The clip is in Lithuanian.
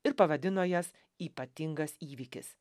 ir pavadino jas ypatingas įvykis